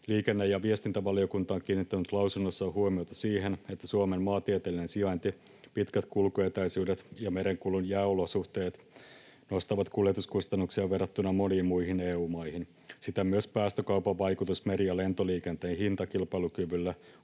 Liikenne- ja viestintävaliokunta on kiinnittänyt lausunnossaan huomiota siihen, että Suomen maantieteellinen sijainti, pitkät kulkuetäisyydet ja merenkulun jääolosuhteet nostavat kuljetuskustannuksia verrattuna moniin muihin EU-maihin. Siten myös päästökaupan vaikutus meri- ja lentoliikenteen hintakilpailukyvylle,